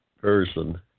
person